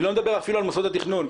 אני לא מדבר אפילו על מוסדות התכנון.